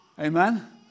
Amen